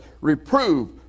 reprove